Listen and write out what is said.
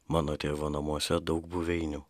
mano tėvo namuose daug buveinių